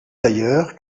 d’ailleurs